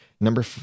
Number